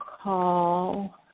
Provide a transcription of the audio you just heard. call